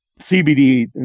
CBD